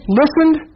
listened